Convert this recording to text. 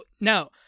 Now